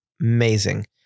Amazing